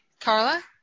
Carla